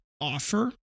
offer